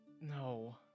No